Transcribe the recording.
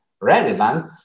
relevant